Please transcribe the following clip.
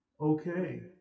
okay